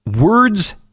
words